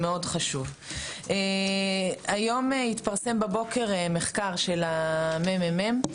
היום בבוקר התפרסם מחקר של הממ"מ,